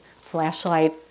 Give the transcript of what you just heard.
flashlight